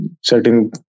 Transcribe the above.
certain